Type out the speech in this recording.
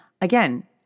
again